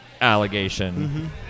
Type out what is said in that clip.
allegation